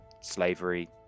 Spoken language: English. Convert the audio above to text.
slavery